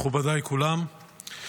מכובדיי כולם,